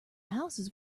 houses